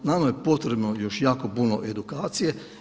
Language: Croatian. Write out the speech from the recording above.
Nama je potrebno još jako puno edukacije.